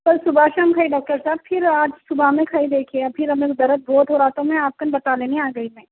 کل صبح شام کھائی ڈاکٹر صاحب پھر آج صبح میں کھائی دیکھئے پھر ابھی بھی درد بہت ہو رہا تو میں آپ کن بتانے نے آ گئی تھی میں